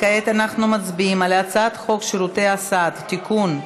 כעת אנחנו מצביעים על הצעת חוק שירותי הסעד (תיקון,